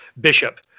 Bishop